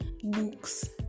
books